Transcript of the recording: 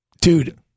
dude